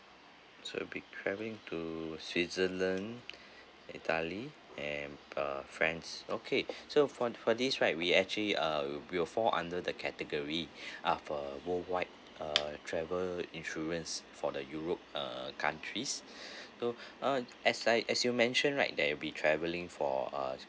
so you'll be traveling to switzerland italy and uh france okay so for for this right we actually uh will fall under the category ah for world wide uh travel insurance for the europe uh countries so uh as I as you mentioned right they'll be traveling for uh